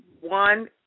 one